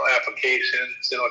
applications